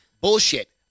Bullshit